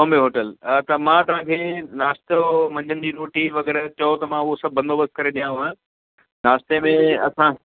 Bombay hotel हा त मां तव्हांखे नाश्तो मंझंदि जी रोटी वग़ैरह चओ त मां हो सभु बंदोबस्तु करे ॾियाव नाश्ते में असां